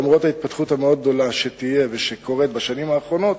למרות ההתפתחות המאוד-גדולה שתהיה ושקורית בשנים האחרונות,